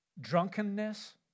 drunkenness